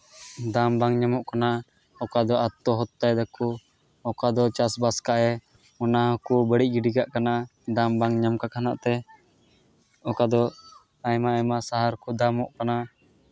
ᱫᱟᱢ ᱵᱟᱝ ᱧᱟᱢᱚᱜ ᱠᱟᱱᱟ ᱚᱠᱚᱭ ᱫᱚ ᱟᱛᱛᱚᱦᱚᱛᱛᱟᱭ ᱫᱟᱠᱚ ᱚᱠᱟ ᱫᱚ ᱪᱟᱥᱼᱵᱟᱥ ᱠᱟᱜ ᱮ ᱚᱱᱟ ᱠᱚ ᱵᱟᱹᱲᱤᱡ ᱜᱤᱰᱤ ᱠᱟᱜ ᱠᱟᱱᱟ ᱫᱟᱢ ᱵᱟᱝ ᱧᱟᱢ ᱠᱚᱠᱷᱚᱱᱟᱜ ᱛᱮ ᱚᱠᱟ ᱫᱚ ᱟᱭᱢᱟ ᱟᱭᱢᱟ ᱥᱟᱦᱟᱨ ᱠᱚ ᱫᱟᱢᱚᱜ ᱠᱟᱱᱟ